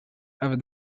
after